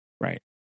right